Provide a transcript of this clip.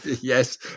Yes